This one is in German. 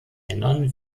männern